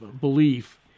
belief